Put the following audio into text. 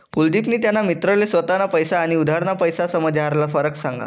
कुलदिपनी त्याना मित्रले स्वताना पैसा आनी उधारना पैसासमझारला फरक सांगा